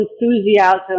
enthusiasm